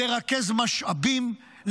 לרכז משאבים,